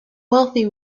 wealthy